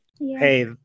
Hey